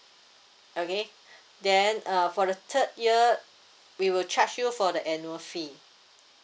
okay then uh for the third year third we will charge you for the annual fees